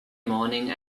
morning